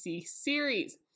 series